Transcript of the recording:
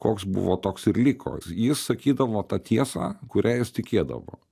koks buvo toks ir liko jis sakydavo tą tiesą kuria jis tikėdavo